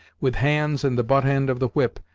with hands and the butt-end of the whip,